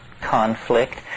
conflict